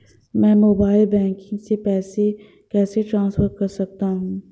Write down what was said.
मैं mobile banking से पैसे कैसे ट्रांसफर कर सकता हूं?